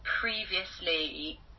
previously